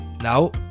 now